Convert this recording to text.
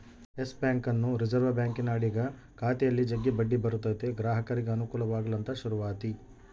Yes ಬ್ಯಾಂಕನ್ನು reserve ಬ್ಯಾಂಕಿನ ಅಡಿಗ ಖಾತೆಯಲ್ಲಿ ಜಗ್ಗಿ ಬಡ್ಡಿ ಬರುತತೆ ಗ್ರಾಹಕರಿಗೆ ಅನುಕೂಲವಾಗಲಂತ ಶುರುವಾತಿ